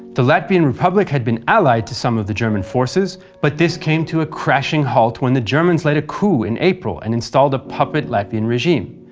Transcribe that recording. the latvian republic had been allied to some of the german forces, but this came to a crashing halt when the germans led a coup in april and installed a puppet latvian regime.